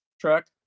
truck